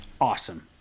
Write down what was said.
Awesome